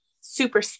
super